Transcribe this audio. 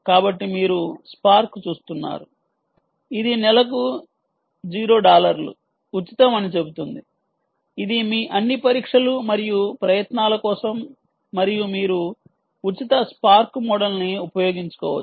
కాబట్టి మీరు స్పార్క్ చూస్తున్నారు ఇది నెలకు 0 డాలర్లు ఉచితం అని చెబుతుంది ఇది మీ అన్ని పరీక్షలు మరియు ప్రయత్నాల కోసం మరియు మీరు ఉచిత స్పార్క్ మోడల్ని ఉపయోగించుకోవచ్చు